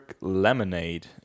Lemonade